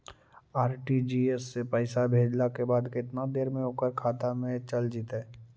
RTGS से पैसा भेजला के बाद केतना देर मे ओकर खाता मे चल जितै?